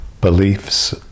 beliefs